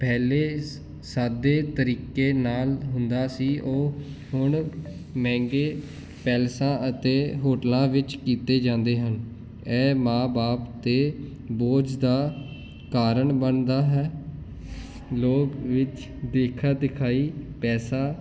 ਪਹਿਲੇ ਸਾਦੇ ਤਰੀਕੇ ਨਾਲ ਹੁੰਦਾ ਸੀ ਉਹ ਹੁਣ ਮਹਿੰਗੇ ਪੈਲਸਾਂ ਅਤੇ ਹੋਟਲਾ ਵਿੱਚ ਕੀਤੇ ਜਾਂਦੇ ਹਨ ਇਹ ਮਾਂ ਬਾਪ 'ਤੇ ਬੋਝ ਦਾ ਕਾਰਨ ਬਣਦਾ ਹੈ ਲੋਕ ਵਿੱਚ ਦੇਖਾ ਦਿਖਾਈ ਪੈਸਾ